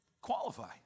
qualify